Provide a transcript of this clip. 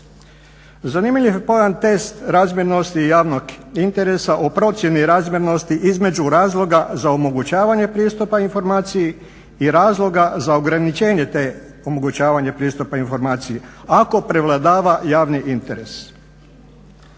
Zanimljiv je pojam test razmjernosti javnog interes o procjeni razmjernosti između razloga za omogućavanje pristupa informaciji i razloga za ograničenje te omogućavanje pristupa informaciji, ako prevladava javni interes.